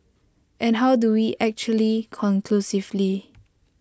and how do we actually conclusively